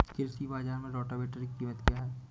कृषि बाजार में रोटावेटर की कीमत क्या है?